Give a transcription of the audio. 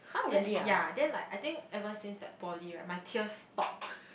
then ya then like I think ever since like poly right my tears stop